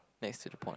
next to the pond